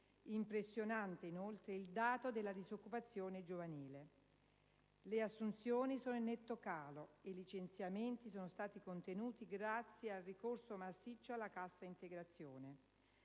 Impressionante, inoltre, il dato della disoccupazione giovanile. Le assunzioni sono in netto calo e i licenziamenti sono stati contenuti grazie al ricorso massiccio alla cassa integrazione.